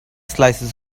slices